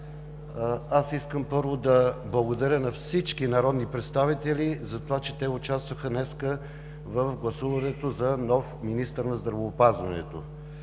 Искам първо да благодаря на всички народни представители за това, че днес участваха в гласуването за нов министър на здравеопазването.